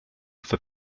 for